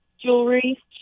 jewelry